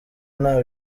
nta